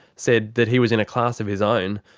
said that he was in a class of his own,